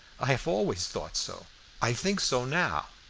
i have always thought so i think so now.